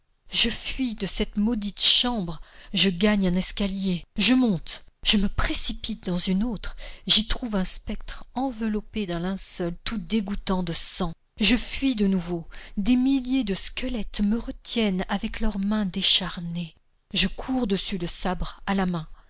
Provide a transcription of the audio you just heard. je fuis de cette maudite chambre je gagne un escalier je monte je me précipite dans une autre j'y trouve un spectre enveloppé d'un linceul tout dégoûtant de sang je fuis de nouveau des milliers de squelettes me retiennent avec leurs mains décharnées je cours dessus le sabre à la main